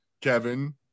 Kevin